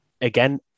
again